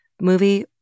movie